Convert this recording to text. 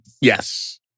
Yes